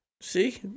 See